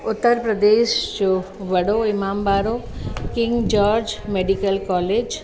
उत्तर प्रदेश वॾो इमामबाड़ो King George medical college